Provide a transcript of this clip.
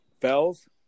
Fells